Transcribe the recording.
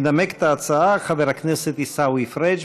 ינמק את ההצעה חבר הכנסת עיסאווי פריג'.